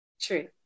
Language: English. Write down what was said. True